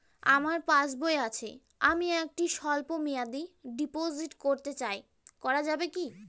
আমার পাসবই আছে আমি একটি স্বল্পমেয়াদি ডিপোজিট করতে চাই করা যাবে কি?